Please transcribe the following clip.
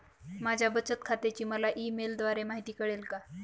माझ्या बचत खात्याची मला ई मेलद्वारे माहिती मिळेल का?